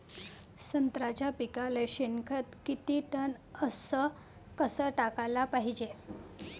संत्र्याच्या पिकाले शेनखत किती टन अस कस टाकाले पायजे?